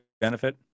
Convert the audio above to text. benefit